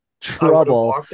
trouble